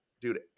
dude